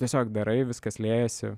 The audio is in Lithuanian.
tiesiog darai viskas liejasi